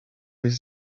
his